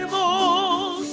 oh